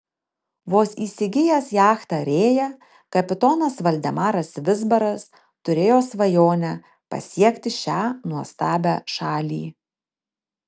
vos įsigijęs jachtą rėja kapitonas valdemaras vizbaras turėjo svajonę pasiekti šią nuostabią šalį